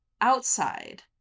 outside